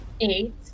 eight